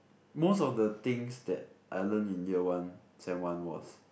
most of the things that I learn in year one sem one was